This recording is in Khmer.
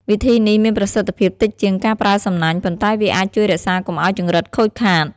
វិធីនេះមានប្រសិទ្ធភាពតិចជាងការប្រើសំណាញ់ ប៉ុន្តែវាអាចជួយរក្សាកុំឲ្យចង្រិតខូចខាត។